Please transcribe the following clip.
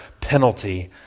penalty